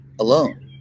alone